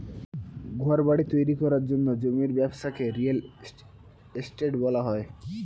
ঘরবাড়ি তৈরি করার জন্য জমির ব্যবসাকে রিয়েল এস্টেট বলা হয়